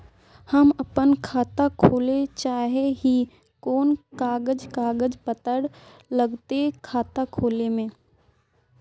हम अपन खाता खोले चाहे ही कोन कागज कागज पत्तार लगते खाता खोले में?